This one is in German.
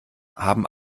haben